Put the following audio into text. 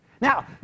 Now